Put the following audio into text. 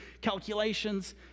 calculations